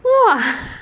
!wah!